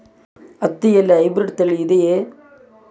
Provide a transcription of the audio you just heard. ಹತ್ತಿಯಲ್ಲಿ ಹೈಬ್ರಿಡ್ ತಳಿ ಇದೆಯೇ?